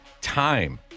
time